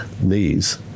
knees